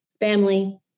family